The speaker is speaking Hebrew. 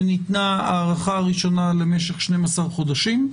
שניתנה הארכה ראשונה למשך 12 חודשים,